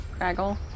Craggle